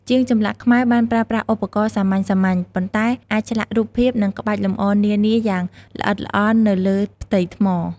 ជាងចម្លាក់ខ្មែរបានប្រើប្រាស់ឧបករណ៍សាមញ្ញៗ ប៉ុន្តែអាចឆ្លាក់រូបភាព និងក្បាច់លម្អនានាយ៉ាងល្អិតល្អន់ទៅលើផ្ទៃថ្ម។